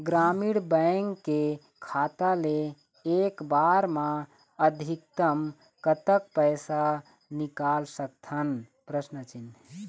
ग्रामीण बैंक के खाता ले एक बार मा अधिकतम कतक पैसा निकाल सकथन?